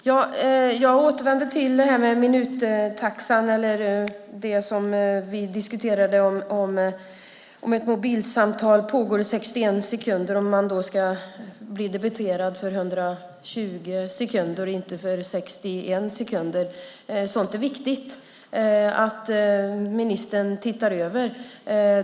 Herr talman! Jag återvänder till minuttaxan och det som vi diskuterade. Om ett mobilsamtal pågår i 61 sekunder, ska man då bli debiterad för 120 sekunder och inte för 61 sekunder? Sådant är viktigt att ministern ser över.